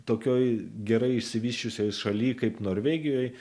tokioj gerai išsivysčiusioj šalyje kaip norvegijoj